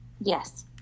yes